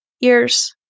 ears